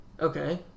Okay